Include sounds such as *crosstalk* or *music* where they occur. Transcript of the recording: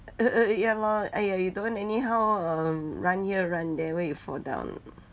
*laughs* ya lor !aiya! you don't anyhow um run here run there wait you fall down